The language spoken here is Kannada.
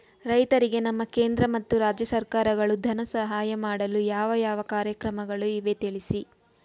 ರೈತರಿಗೆ ನಮ್ಮ ಕೇಂದ್ರ ಮತ್ತು ರಾಜ್ಯ ಸರ್ಕಾರಗಳು ಧನ ಸಹಾಯ ಮಾಡಲು ಯಾವ ಯಾವ ಕಾರ್ಯಕ್ರಮಗಳು ಇವೆ ತಿಳಿಸಿ?